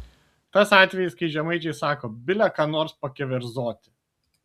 tas atvejis kai žemaičiai sako bile ką nors pakeverzot